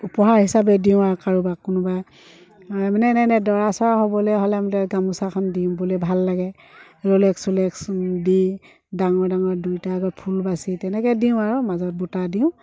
উপহাৰ হিচাপে দিওঁ আৰু কাৰোবাক কোনোবাই মানে এনেই দৰা চৰা হ'বলৈ হ'লে মানে গামোচাখন দিওঁ বোলে ভাল লাগে ৰ'লেক্স চলেক্স দি ডাঙৰ ডাঙৰ দুইটাকৈ ফুল বাচি তেনেকৈ দিওঁ আৰু মাজত বুটা দিওঁ